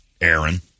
Aaron